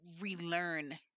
relearn